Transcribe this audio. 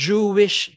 Jewish